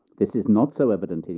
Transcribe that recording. this is not so evident.